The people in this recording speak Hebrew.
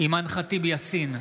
אימאן ח'טיב יאסין,